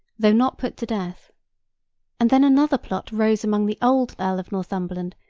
though not put to death and then another plot arose among the old earl of northumberland,